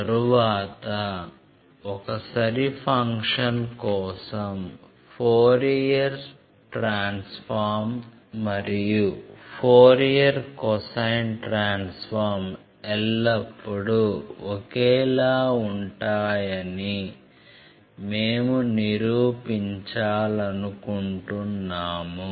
తరువాత ఒక సరి ఫంక్షన్ కోసం ఫోరియర్ ట్రాన్స్ఫార్మ్ మరియు ఫోరియర్ కొసైన్ ట్రాన్స్ఫార్మ్ ఎల్లప్పుడూ ఒకేలా ఉంటాయని మేము నిరూపించాలనుకుంటున్నాము